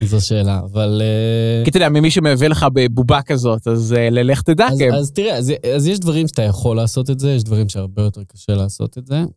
איזו שאלה, אבל... כי אתה יודע, ממי שמייבא לך בבובה כזאת, אז לך תדע. אז תראה, אז יש דברים שאתה יכול לעשות את זה, יש דברים שהרבה יותר קשה לעשות את זה.